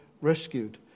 rescued